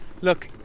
look